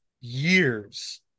years